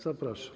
Zapraszam.